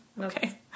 okay